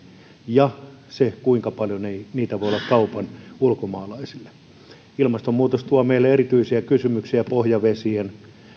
ja sen kuinka paljon niitä voi olla kaupan ulkomaalaisille kun ilmastonmuutos tuo meille erityisiä kysymyksiä pohjavesien